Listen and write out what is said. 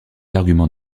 arguments